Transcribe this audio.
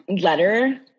letter